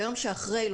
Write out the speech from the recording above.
ביום שאחרי,